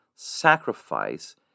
sacrifice